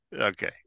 okay